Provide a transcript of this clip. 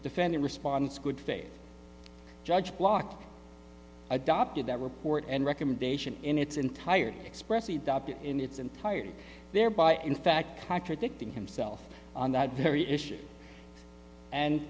defendant response good faith judge block adopted that report and recommendation in its entirety expressed in its entirety thereby in fact contradicting himself on that very issue